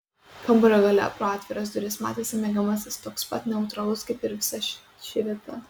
kambario gale pro atviras duris matėsi miegamasis toks pat neutralus kaip ir visa ši vieta